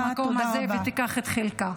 -- במקום הזה ותיקח את חלקה.